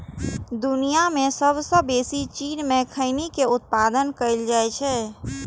दुनिया मे सबसं बेसी चीन मे खैनी के उत्पादन कैल जाइ छै